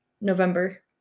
November